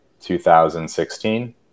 2016